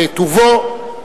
בטובו,